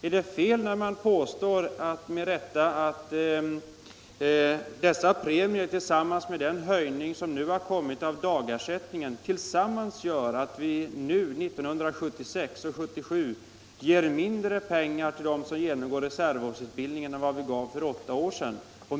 Är det fel när man påstår att dessa premier tillsammans med den höjning av dagersättningen som nu har kommit tillsammans gör att vi nu, 1976 och 1977, ger mindre pengar till dem som genomgår reservofficersutbildning än vad vi gav för åtta år sedan?